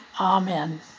Amen